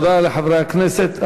תודה לחברי הכנסת.